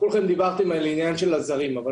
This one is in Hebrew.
כולכם דיברתם על העניין של הזרים אבל